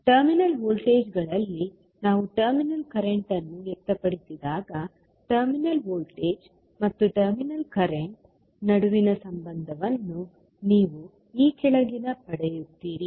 terminal ವೋಲ್ಟೇಜ್ಗಳಲ್ಲಿ ನಾವು terminal current ಅನ್ನು ವ್ಯಕ್ತಪಡಿಸಿದಾಗ ಟರ್ಮಿನಲ್ ವೋಲ್ಟೇಜ್ ಮತ್ತು ಟರ್ಮಿನಲ್ ಕರೆಂಟ್ ನಡುವಿನ ಸಂಬಂಧವನ್ನು ನೀವು ಈ ಕೆಳಗಿನಂತೆ ಪಡೆಯುತ್ತೀರಿ